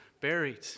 buried